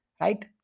right